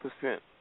percent